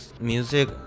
music